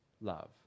love